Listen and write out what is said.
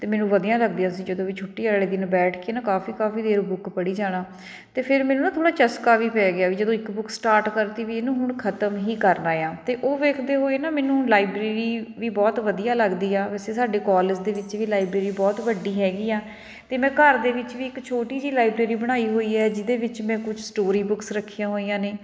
ਅਤੇ ਮੈਨੂੰ ਵਧੀਆ ਲੱਗਦੀਆਂ ਸੀ ਜਦੋਂ ਵੀ ਛੁੱਟੀ ਵਾਲੇ ਦਿਨ ਬੈਠ ਕੇ ਨਾ ਕਾਫੀ ਕਾਫੀ ਦੇਰ ਬੁੱਕ ਪੜ੍ਹੀ ਜਾਣਾ ਅਤੇ ਫਿਰ ਮੈਨੂੰ ਨਾ ਥੋੜ੍ਹਾ ਚਸਕਾ ਵੀ ਪੈ ਗਿਆ ਵੀ ਜਦੋਂ ਇੱਕ ਬੁੱਕ ਸਟਾਰਟ ਕਰਤੀ ਵੀ ਇਹਨੂੰ ਹੁਣ ਖਤਮ ਹੀ ਕਰਨਾ ਹੈ ਅਤੇ ਉਹ ਵੇਖਦੇ ਹੋਏ ਨਾ ਮੈਨੂੰ ਲਾਈਬ੍ਰੇਰੀ ਵੀ ਬਹੁਤ ਵਧੀਆ ਲੱਗਦੀ ਆ ਵੈਸੇ ਸਾਡੇ ਕੋਲਜ ਦੇ ਵਿੱਚ ਵੀ ਲਾਈਬ੍ਰੇਰੀ ਬਹੁਤ ਵੱਡੀ ਹੈਗੀ ਆ ਅਤੇ ਮੈਂ ਘਰ ਦੇ ਵਿੱਚ ਵੀ ਇੱਕ ਛੋਟੀ ਜਿਹੀ ਲਾਈਬ੍ਰੇਰੀ ਬਣਾਈ ਹੋਈ ਹੈ ਜਿਹਦੇ ਵਿੱਚ ਮੈਂ ਕੁਛ ਸਟੋਰੀ ਬੁੱਕਸ ਰੱਖੀਆਂ ਹੋਈਆਂ ਨੇ